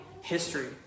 history